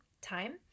Time